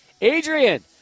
Adrian